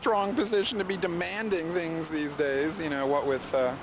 strong position to be demanding the things these days you know what with